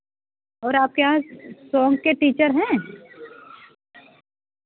और आपके यहाँ सॉन्ग के टीचर हैं